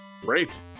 Great